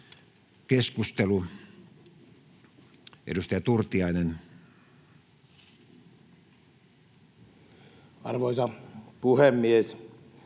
Keskustelu, edustaja Turtiainen. Arvoisa puhemies!